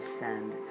send